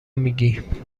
میگیی